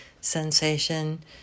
sensation